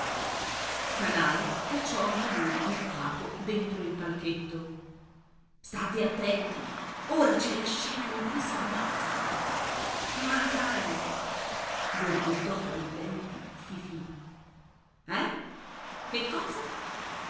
canali cacciò anche lui il capo dentro il palchetto state attenti ora c'è la scena in cui s'ammazzano magari borbottò fra i denti fifì eh che cosa